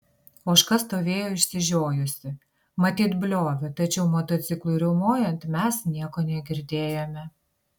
ožka stovėjo išsižiojusi matyt bliovė tačiau motociklui riaumojant mes nieko negirdėjome